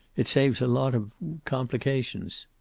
it saves a lot of complications.